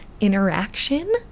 interaction